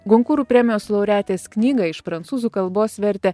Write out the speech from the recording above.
gonkūrų premijos laureatės knygą iš prancūzų kalbos vertė